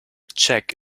check